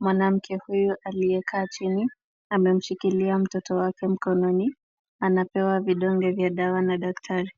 Mwanamke huyu aliyekaa chini ,anamshikilia mtoto wake mkononi anapewa vidonge vya dawa na daktari.